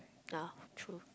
yeah true